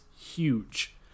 huge